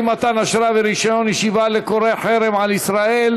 (אי-מתן אשרה ורישיון ישיבה לקורא לחרם על ישראל),